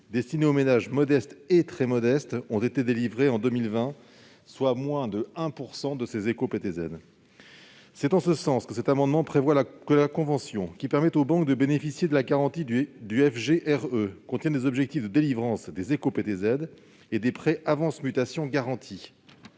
destinés aux ménages modestes et très modestes, ont été délivrés en 2020, soit moins de 1 % des éco-PTZ. Cet amendement a donc pour objet de fixer, dans la convention qui permet aux banques de bénéficier de la garantie du FGRE, des objectifs de délivrance des éco-PTZ et des prêts avance mutation garantis.